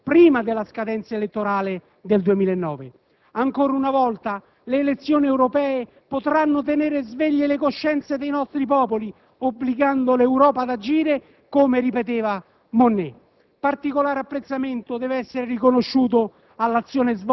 Tutto ciò sarebbe importante che fosse realizzato prima della scadenza elettorale del 2009. Ancora una volta le elezioni europee potranno tenere sveglie le coscienze dei nostri popoli, obbligando l'Europa ad agire, come ripeteva Monnet.